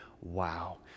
wow